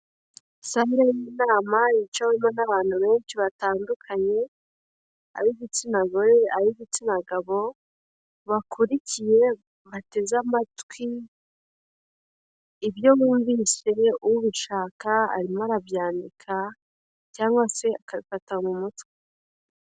Bisa n'inama yicawemo n'abantu benshi batandukanye ab'igitsina gore, ab'igitsina gabo, bakurikiye, bateze amatwi, ibyo bumvise ubishaka arimo arabyandika cyangwa se akabifata mu mutwe.